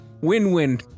Win-win